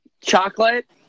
Chocolate